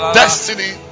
destiny